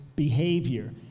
behavior